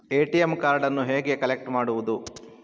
ATM ಕಾರ್ಡನ್ನು ಹೇಗೆ collect ಮಾಡುವುದು?